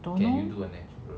don't know